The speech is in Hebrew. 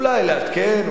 אולי לעדכן,